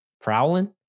Prowling